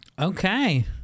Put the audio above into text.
Okay